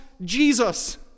Jesus